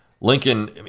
Lincoln